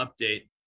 update